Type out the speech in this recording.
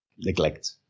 neglect